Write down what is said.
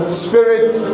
spirits